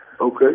Okay